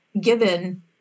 given